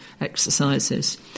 exercises